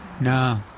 No